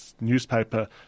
newspaper